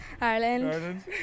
Ireland